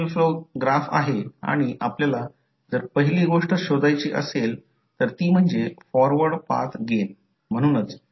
कारण कॉइल 1 बाजू voltage terminal आणि इतर कोणत्या कॉइलमधील बाजू म्हणून चार टर्मिनल गुंतलेले आहेत